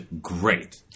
great